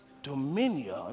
dominion